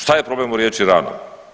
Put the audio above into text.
Šta je problem u riječi ranom?